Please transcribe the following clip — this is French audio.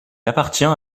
appartient